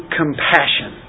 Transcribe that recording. compassion